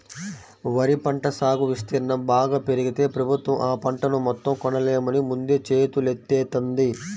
వరి పంట సాగు విస్తీర్ణం బాగా పెరిగితే ప్రభుత్వం ఆ పంటను మొత్తం కొనలేమని ముందే చేతులెత్తేత్తంది